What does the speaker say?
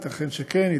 ייתכן שכן,